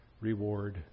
reward